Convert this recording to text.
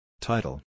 Title